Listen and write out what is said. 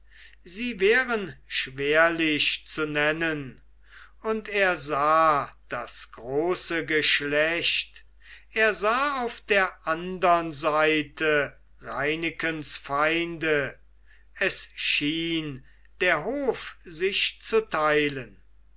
sie wären schwerlich zu nennen und er sah das große geschlecht er sah auf der andern seite reinekens feinde es schien der hof sich zu teilen